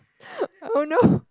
oh no